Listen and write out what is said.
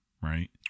right